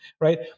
right